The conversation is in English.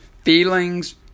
Feelings